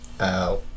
Ow